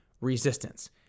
resistance